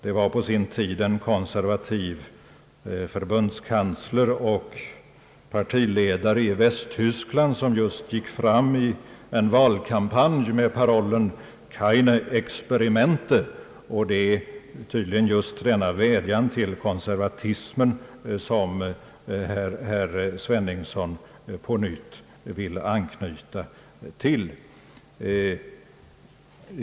Det var på sin tid en konservativ förbundskansler i Västtyskland som just gick fram i en valkampanj med parollen »keine Experimente», och det är tydligen denna vädjan till konservatismen, som herr Sveningsson på nytt vill anknyta till.